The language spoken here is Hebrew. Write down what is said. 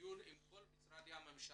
דיון עם כל משרדי הממשלה